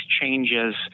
changes